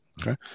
Okay